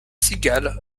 cigale